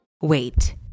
Wait